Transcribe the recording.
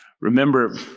Remember